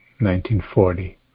1940